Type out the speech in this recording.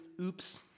oops